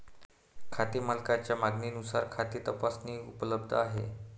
खाते मालकाच्या मागणीनुसार खाते तपासणी उपलब्ध आहे